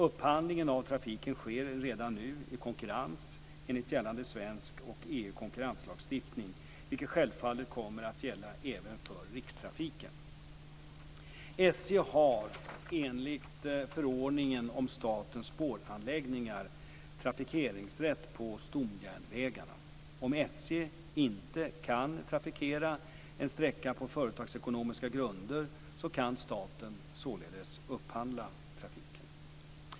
Upphandlingen av trafiken sker redan nu i konkurrens enligt gällande svensk och EU konkurrenslagstiftning, vilket självfallet kommer att gälla även för Rikstrafiken. inte kan trafikera en sträcka på företagsekonomiska grunder kan staten således upphandla trafiken.